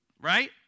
right